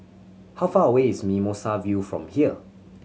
how far away is Mimosa View from here